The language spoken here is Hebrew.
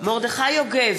מרדכי יוגב,